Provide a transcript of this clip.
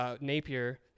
Napier